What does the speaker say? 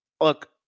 Look